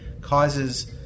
causes